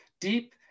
deep